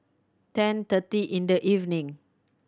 ten thirty in the evening